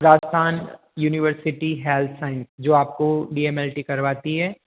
Rajasthan university health science जो आपको D M L T करवाती हैं